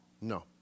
No